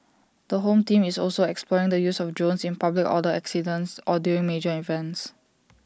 the home team is also exploring the use of drones in public order incidents or during major events